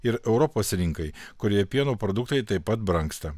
ir europos rinkai kurioje pieno produktai taip pat brangsta